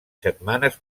setmanes